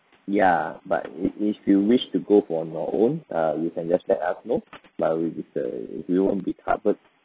ya but if if you wish to go on your own err you can just let us know ya it is a you won't be covered